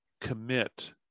commit